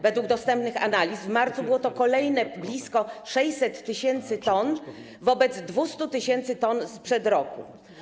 Według dostępnych analiz w marcu było to kolejne blisko 600 tys. t wobec 200 tys. t sprzed roku.